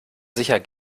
sicher